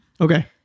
Okay